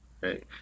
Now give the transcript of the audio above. right